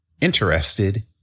interested